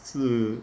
是